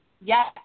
Yes